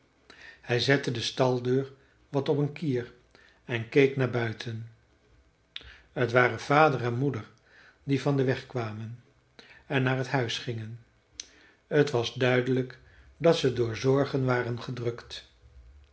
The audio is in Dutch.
hij zette de staldeur wat op een kier en keek naar buiten t waren vader en moeder die van den weg kwamen en naar het huis gingen t was duidelijk dat ze door zorgen waren gedrukt